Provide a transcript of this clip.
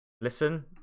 Listen